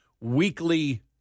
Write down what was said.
weekly